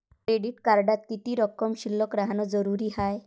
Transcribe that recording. Credit कार्डात किती रक्कम शिल्लक राहानं जरुरी हाय?